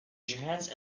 johannes